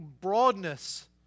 broadness